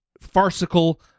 farcical